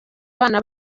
abana